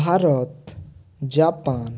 Bharat Japan